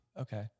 okay